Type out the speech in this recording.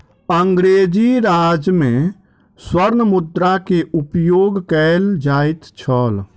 अंग्रेजी राज में स्वर्ण मुद्रा के उपयोग कयल जाइत छल